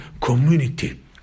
community